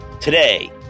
Today